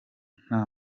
nta